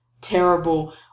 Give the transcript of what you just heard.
terrible